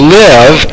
live